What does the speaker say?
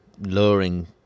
luring